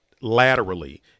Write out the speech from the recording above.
laterally